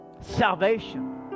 Salvation